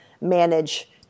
manage